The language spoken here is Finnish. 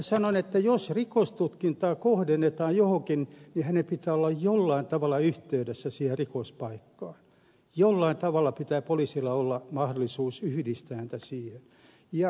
sanon että jos rikostutkintaa kohdennetaan johonkuhun niin henkilön pitää olla jollain tavalla yhteydessä siihen rikospaikkaan jollain tavalla pitää poliisilla olla mahdollisuus yhdistää hänet siihen